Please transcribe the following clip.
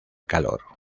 calor